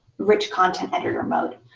rich content editor mode.